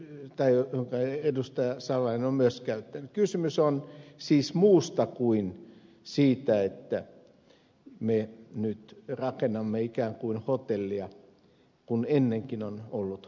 täällä ei edustaja saa vain on myös käyttö kysymys on siis muusta kuin siitä että me nyt rakennamme ikään kuin hotellia kun ennenkin on ollut hotelli